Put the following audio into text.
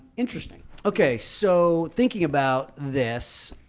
interesting. okay, so thinking about this.